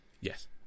yes